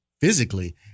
physically